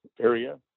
area